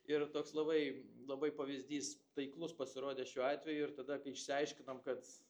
ir toks labai labai pavyzdys taiklus pasirodė šiuo atveju ir tada kai išsiaiškinom kad